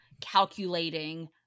calculating